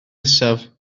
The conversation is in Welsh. nesaf